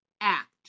act